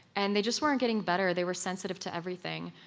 and they just weren't getting better, they were sensitive to everything,